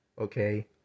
Okay